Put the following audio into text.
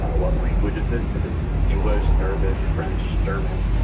what language is it? is it english, arabic, french, german?